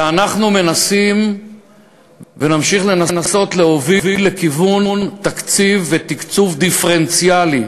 ואנחנו מנסים ונמשיך לנסות להוביל לכיוון תקציב ותקצוב דיפרנציאליים,